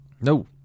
No